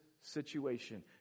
situation